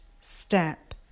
step